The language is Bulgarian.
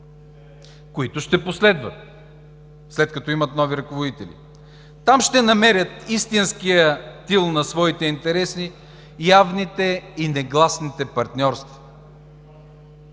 които ще последват, след като имат нови ръководители. Там ще намерят истинския тил на своите интереси, явните и негласните партньорства,